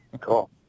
Cool